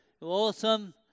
Awesome